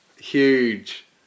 Huge